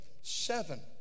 seven